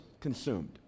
consumed